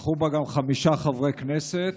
נכחו בה חמישה חברי כנסת,